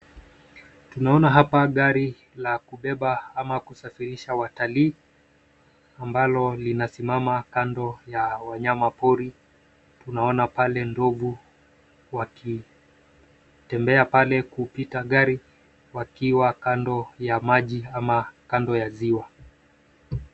Tunaona hapa gari la kubeba ama kusafirisha watalii ambalo linasimama kando ya wanyama pori. Tunaona pale ndovu wakitembea pale kupita gari wakiwa kando ya maji ama kando ya ziwa.